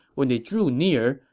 when they drew near,